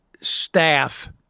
staff